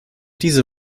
diese